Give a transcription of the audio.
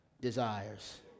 desires